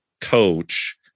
coach